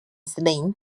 slain